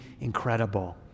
incredible